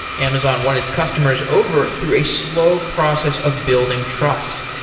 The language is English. amazon won its customers over through a slow process of building trust.